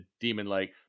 demon-like